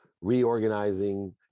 Reorganizing